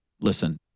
Listen